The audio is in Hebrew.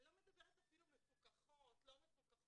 אני לא מדברת אפילו על מסגרות מפוקחות או לא מפוקחות.